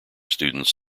students